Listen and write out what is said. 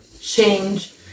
change